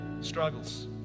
struggles